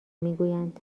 میگویند